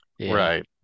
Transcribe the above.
right